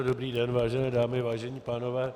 Dobrý den, vážené dámy, vážení pánové.